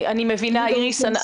אני מבינה איריס,